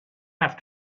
have